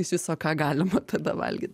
iš viso ką galima tada valgyt